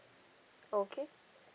okay